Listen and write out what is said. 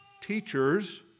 teachers